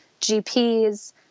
GPs